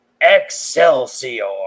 Excelsior